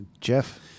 Jeff